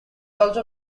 also